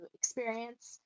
experience